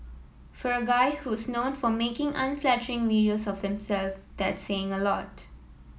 for a guy who's known for making unflattering videos of himself that's saying a lot